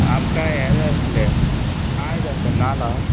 आमकां हें जाय आसलें नाल्ल जाय आसले नाल्ल आहा